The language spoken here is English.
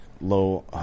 low